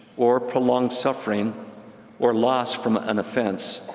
or prolonged suffering or loss from an offense,